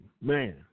man